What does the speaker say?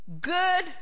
Good